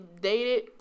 dated